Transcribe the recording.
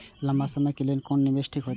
लंबा समय के लेल कोन निवेश ठीक होते?